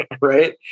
Right